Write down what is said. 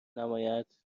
نمایید